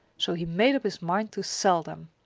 so he made up his mind to sell them!